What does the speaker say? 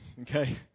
okay